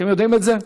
אתם יודעים את זה?